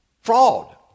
Fraud